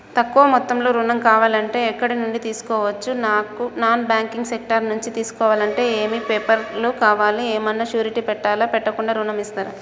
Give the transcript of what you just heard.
తక్కువ మొత్తంలో ఋణం కావాలి అంటే ఎక్కడి నుంచి తీసుకోవచ్చు? నాన్ బ్యాంకింగ్ సెక్టార్ నుంచి తీసుకోవాలంటే ఏమి పేపర్ లు కావాలి? ఏమన్నా షూరిటీ పెట్టాలా? పెట్టకుండా ఋణం ఇస్తరా?